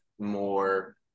more